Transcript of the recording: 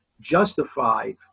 justified